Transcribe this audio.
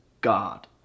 god